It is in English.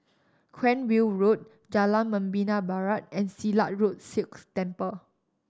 Cranwell Road Jalan Membina Barat and Silat Road Sikh Temple